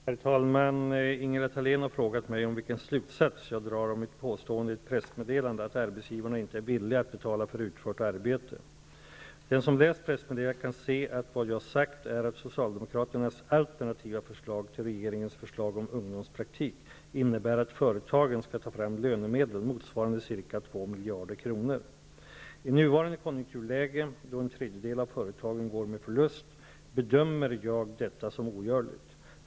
Herr talman! Ingela Thalén har frågat mig vilken slutsats jag drar av mitt påstående i ett pressmeddelande att arbetsgivarna inte är villiga att betala för utfört arbete. Den som läst pressmeddelandet kan se, att vad jag sagt är att socialdemokraternas alternativa förslag till regeringens förslag om ungdomspraktik innebär att företagen skall ta fram lönemedel motsvarande ca 2 miljarder kronor. I nuvarande konjunkturläge, då en tredjedel av företagen går med förlust, bedömer jag detta som ogörligt.